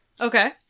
Okay